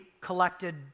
collected